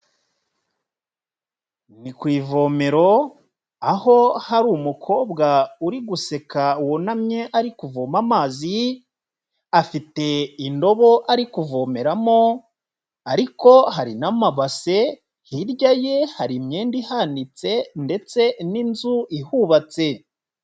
Ni ku ivomero aho hari umukobwa uri guseka wunamye ari kuvoma amazi, afite indobo ari kuvomeramo ariko hari n'amabase hirya ye hari imyenda ihanitse ndetse n'inzu ihubatse.